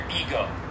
ego